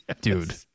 dude